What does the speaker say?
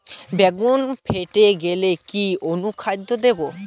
বেগুন ফেটে গেলে কি অনুখাদ্য দেবো?